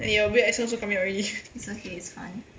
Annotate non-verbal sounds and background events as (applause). and your weird accent also coming out already (laughs)